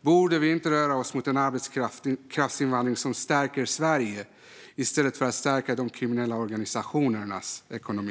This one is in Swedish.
Borde vi inte röra oss mot en arbetskraftsinvandring som stärker Sverige i stället för att stärka de kriminella organisationernas ekonomi?